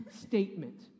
statement